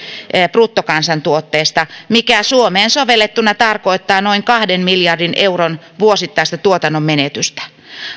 bruttokansantuotteesta mikä suomeen sovellettuna tarkoittaa noin kahden miljardin euron vuosittaista tuotannonmenetystä